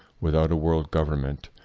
without a world government,